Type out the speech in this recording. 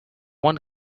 one